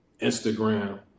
Instagram